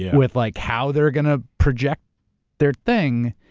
with like how they're gonna project their thing.